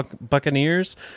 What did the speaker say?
Buccaneers